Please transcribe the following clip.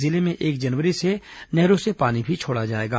जिले में एक जनवरी से नहरों से पानी भी छोड़ा जाएगा